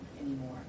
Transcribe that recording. anymore